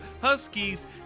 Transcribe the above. Huskies